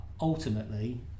ultimately